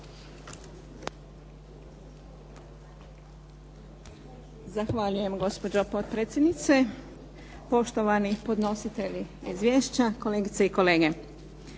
Zahvaljujem, gospođo potpredsjednice. Poštovani podnositelji izvješća, kolegice i kolege.